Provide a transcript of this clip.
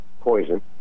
poison